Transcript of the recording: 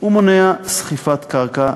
ומונע סחיפת קרקע,